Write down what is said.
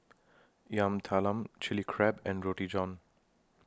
Yam Talam Chili Crab and Roti John